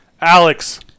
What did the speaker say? Alex